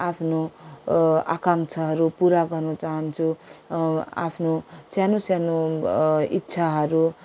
आफ्नो आकाङ्क्षाहरू पुरा गर्न चाहन्छु आफ्नो सानो सानो इच्छाहरू